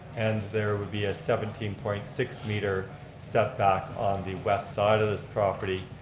and there would be a seventeen point six meter set back on the west side of this property.